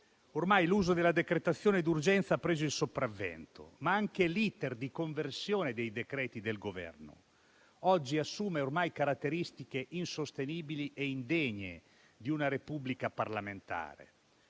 ormai l'uso della decretazione d'urgenza ha preso il sopravvento, ma anche l'*iter* di conversione dei decreti-legge del Governo oggi assume ormai caratteristiche insostenibili e indegne di una Repubblica parlamentare.